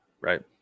Right